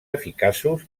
eficaços